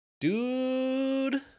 Dude